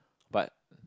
but